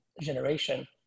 generation